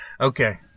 Okay